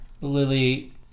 Lily